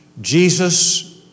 Jesus